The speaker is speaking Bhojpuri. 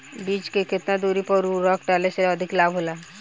बीज के केतना दूरी पर उर्वरक डाले से अधिक लाभ होला?